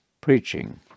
preaching